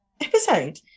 episode